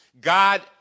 God